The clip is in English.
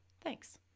Thanks